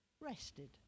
rested